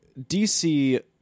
DC